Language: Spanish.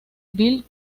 bill